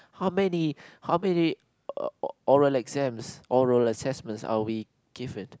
how many how many o~ oral exams oral assessments are we given